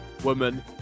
woman